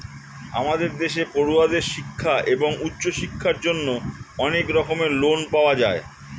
আমাদের দেশে পড়ুয়াদের শিক্ষা এবং উচ্চশিক্ষার জন্য অনেক রকমের লোন পাওয়া যায়